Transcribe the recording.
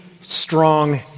strong